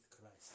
Christ